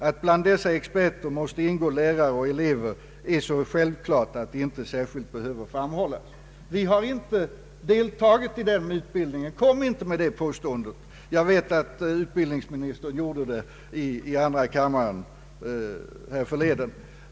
Att bland dessa experter skall ingå lärare och elever är så självklart att det inte särskilt behöver framhållas. Vi har inte deltagit i den mytbildningen. Kom inte med det påståendet! Jag vet att utbildningsministern gjorde det i andra kammaren härförleden.